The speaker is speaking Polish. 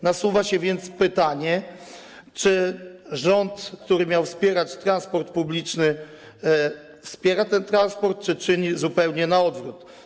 Nasuwa się więc pytanie, czy rząd, który miał wspierać transport publiczny, wspiera ten transport, czy czyni zupełnie na odwrót.